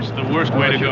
the worst way to go.